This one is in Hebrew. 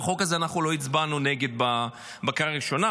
בחוק הזה אנחנו לא הצבענו נגד בקריאה הראשונה,